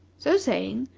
so saying,